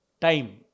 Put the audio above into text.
time